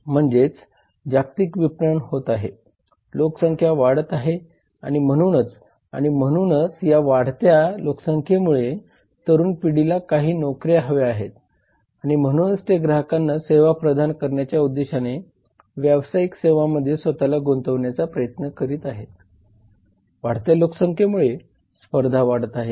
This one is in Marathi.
तर आपण राजकीय वातावरण बघूया आपली कंपनी कायदेशीर हद्दीत कार्यरत आहे आणि सामान्य व्यवसाय पद्धतीशी सुसंगत आहे याची खात्री करण्यासाठी आपण राजकीय वातावरणाचे विश्लेषण केले पाहिजे